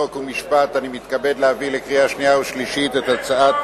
חוק ומשפט אני מתכבד להביא לקריאה שנייה ולקריאה שלישית את הצעת